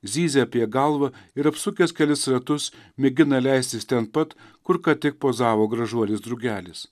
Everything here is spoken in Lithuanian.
zyzia apie galvą ir apsukęs kelis ratus mėgina leistis ten pat kur ką tik pozavo gražuolis drugelis